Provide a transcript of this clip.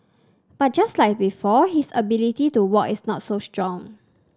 but just like before his ability to walk is not so strong